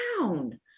down